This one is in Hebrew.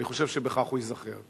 אני חושב שבכך הוא ייזכר.